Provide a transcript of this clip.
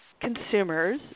consumers